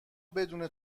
بدون